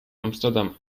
amsterdam